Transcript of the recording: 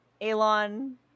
Elon